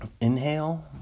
Inhale